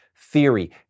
theory